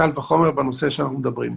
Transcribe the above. קל וחומר שבנושא שאנחנו מדברים בו.